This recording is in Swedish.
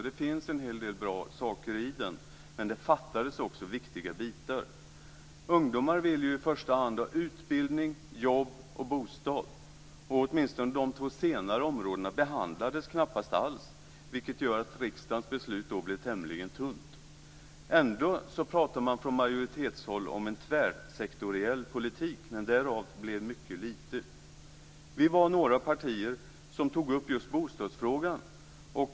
Det finns en hel del bra saker i den, men det fattades också viktiga bitar. Ungdomar vill i första hand ha utbildning, jobb och bostad, och åtminstone de två senare områdena behandlades knappast alls, vilket gör att riksdagens beslut då blir tämligen tunt. Ändå talar man från majoritetshåll om en tvärsektoriell politik, men därav blev mycket lite. Vi var några partier som tog upp just bostadsfrågan.